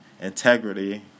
integrity